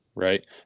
right